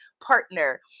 partner